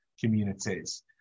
communities